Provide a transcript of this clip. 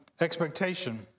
expectation